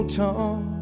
tongue